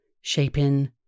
shaping